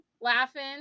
laughing